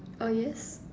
oh yes